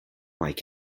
like